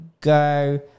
go